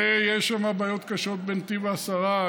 ויש שם בעיות קשות בנתיב העשרה.